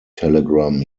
telegram